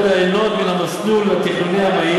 מהמסלול התכנוני המהיר,